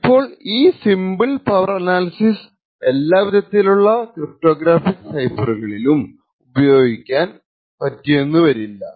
ഇപ്പോൾ ഈ simple power അനാലിസിസിന് എല്ലാ വിധത്തിലുള്ള ക്രിപ്റ്റോഗ്രാഫിക് സൈഫറുകളിലും പ്രയോഗിക്കാൻ പറ്റിയെന്നുവരില്ല